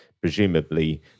presumably